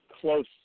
close